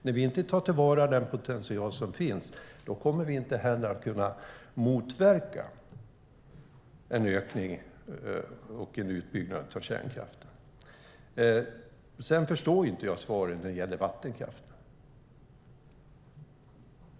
När vi inte tillvaratar den potential som finns kommer vi inte att kunna motverka en ökning och utbyggnad av kärnkraften. Jag förstår inte svaret när det gäller vattenkraft.